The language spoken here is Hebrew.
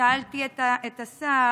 שאלתי את השר: